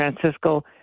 Francisco